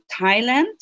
Thailand